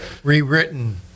Rewritten